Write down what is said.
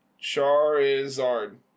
Charizard